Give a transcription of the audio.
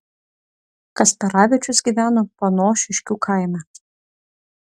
kasperavičius gyveno panošiškių kaime